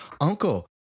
Uncle